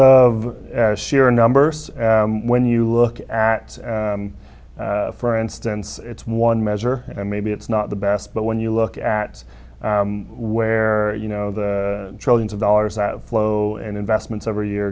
of sheer numbers when you look at for instance it's one measure and maybe it's not the best but when you look at where you know the trillions of dollars that flow and investments every year